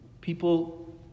People